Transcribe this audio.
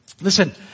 Listen